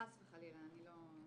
חס וחלילה, אני לא אמרתי ולא רמזתי.